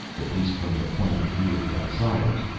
at least from the point of view of the outsiders.